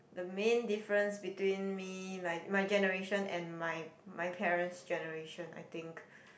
the main difference between me my my generation and my my parents' generation I think